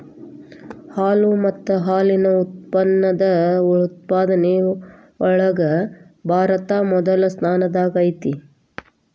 ಹಾಲು ಮತ್ತ ಹಾಲಿನ ಉತ್ಪನ್ನದ ಉತ್ಪಾದನೆ ಒಳಗ ಭಾರತಾ ಮೊದಲ ಸ್ಥಾನದಾಗ ಐತಿ